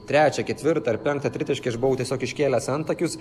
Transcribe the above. trečią ketvirtą ar penktą tritaškį aš buvau tiesiog iškėlęs antakius